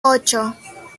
ocho